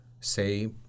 Say